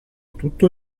tutto